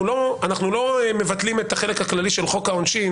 אנחנו לא מבטלים את החלק הכללי של חוק העונשין